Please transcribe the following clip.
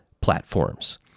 platforms